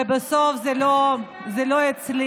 ובסוף זה לא הצליח.